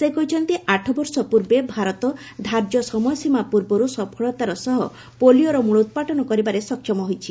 ସେ କହିଛନ୍ତି ଆଠବର୍ଷ ପୂର୍ବେ ଭାରତ ଧାର୍ଯ୍ୟ ସମୟସୀମା ପୂର୍ବରୁ ସଫଳତାର ସହ ପୋଲିଓର ମୂଳୋତ୍ପାଟନ କରିବାରେ ସକ୍ଷମ ହୋଇଛି